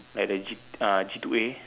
like the G uh G two A